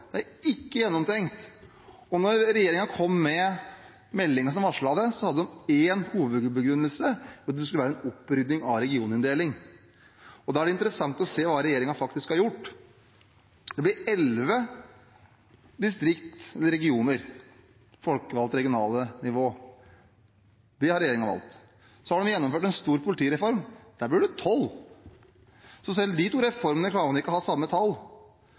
det er ikke gjennomtenkt. Da regjeringen kom med proposisjonen som varslet det, hadde den én hovedbegrunnelse, at det skulle være en opprydding av regioninndelingen. Da er det interessant å se hva regjeringen faktisk har gjort. Det blir elleve regioner, folkevalgte regionale nivå. Det har regjeringen valgt. Så har de gjennomført en stor politireform. Der blir det tolv, så selv ikke i de to reformene klarer man å ha samme tall.